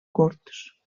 kurds